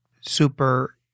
super